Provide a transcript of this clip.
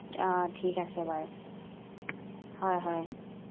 অঁ ঠিক আছে বাৰু হয় হয়